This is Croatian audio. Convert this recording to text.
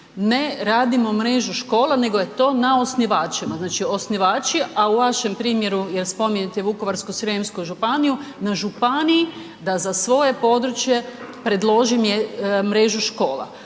ne radimo mrežu škola nego je to na osnivačima, znači osnivači u vašem primjeru jer spominjete Vukovarsko-srijemsku županiju, na županiji je da za svoje područje predloži mrežu škola.